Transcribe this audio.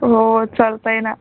हो चालतं आहे न